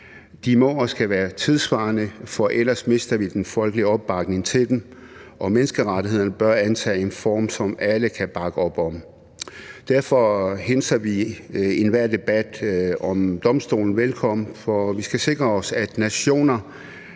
De må og skal være tidssvarende, for ellers mister vi den folkelige opbakning til dem, og menneskerettighederne bør antage en form, som alle kan bakke op om. Derfor hilser vi enhver debat om domstolen velkommen, for vi skal sikre os, at nationer